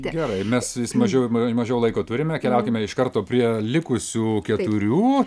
gerai mes vis mažiau ir mažiau laiko turime keliaukime iš karto prie likusių keturių